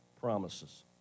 promises